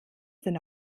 sind